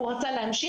הוא רצה להמשיך,